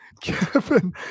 Kevin